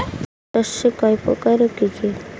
শস্য কয় প্রকার কি কি?